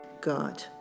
god